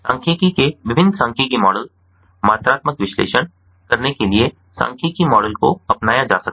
सांख्यिकीय के विभिन्न सांख्यिकीय मॉडल मात्रात्मक विश्लेषण करने के लिए सांख्यिकीय मॉडल को अपनाया जा सकता है